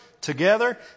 together